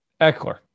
Eckler